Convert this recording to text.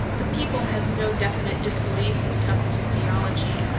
the people has no de finite disbelief in the temples of theology.